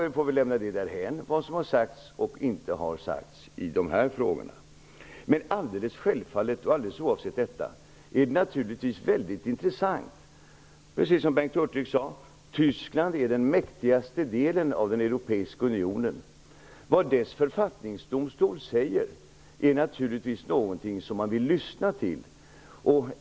Vi får väl lämna därhän vad som har sagts och inte har sagts i dessa frågor. Det är alldeles självfallet oavsett detta väldigt intressant. Tyskland är precis som Bengt Hurtig sade den mäktigaste delen av den europeiska unionen. Vad dess författningsdomstol säger är naturligtvis någonting som man vill lyssna till.